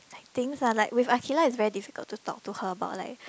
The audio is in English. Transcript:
like things lah like with Aqilah it's very difficult to talk to her about like